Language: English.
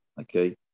okay